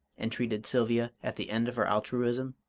entreated sylvia, at the end of her altruism.